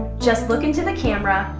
just look into the camera,